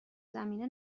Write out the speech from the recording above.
زمینه